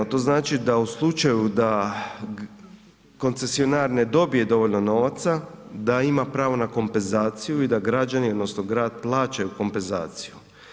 To znači da u slučaju da koncesionar ne dobije dovoljno novaca, da ima pravo na kompenzaciju i da građani odnosno grad plaćaju kompenzaciju.